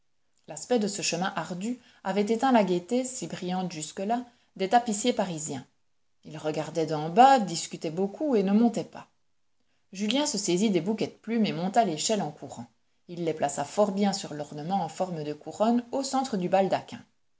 l'aspect de ce chemin ardu avait éteint la gaieté si brillante jusque-là des tapissiers parisiens ils regardaient d'en bas discutaient beaucoup et ne montaient pas julien se saisit des bouquets de plumes et monta l'échelle en courant il les plaça fort bien sur l'ornement en forme de couronne au centre du baldaquin